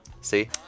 See